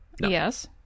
Yes